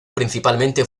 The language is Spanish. principalmente